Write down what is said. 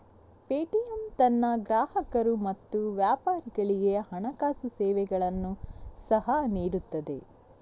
Paytm ತನ್ನ ಗ್ರಾಹಕರು ಮತ್ತು ವ್ಯಾಪಾರಿಗಳಿಗೆ ಹಣಕಾಸು ಸೇವೆಗಳನ್ನು ಸಹ ನೀಡುತ್ತದೆ